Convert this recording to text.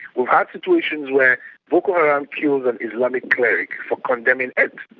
we've had situations where boko haram killed an islamic cleric for condemning x.